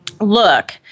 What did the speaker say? look